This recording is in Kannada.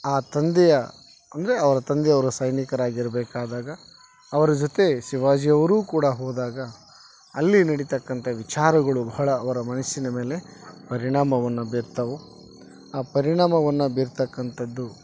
ಆ ತಂದೆಯ ಅಂದರೆ ಅವರ ತಂದೆಯವರು ಸೈನಿಕರಾಗಿರಬೇಕಾದಾಗ ಅವರ ಜೊತೆ ಶಿವಾಜಿಯವರೂ ಕೂಡ ಹೋದಾಗ ಅಲ್ಲಿ ನಡಿತಕ್ಕಂಥ ವಿಚಾರಗಳು ಬಹಳ ಅವರ ಮನಸ್ಸಿನ ಮೇಲೆ ಪರಿಣಾಮವನ್ನ ಬೀರ್ತವು ಆ ಪರಿಣಾಮವನ್ನ ಬೀರ್ತಕ್ಕಂಥದ್ದು